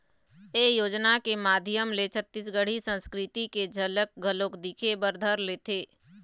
ए योजना के माधियम ले छत्तीसगढ़ी संस्कृति के झलक घलोक दिखे बर धर लेथे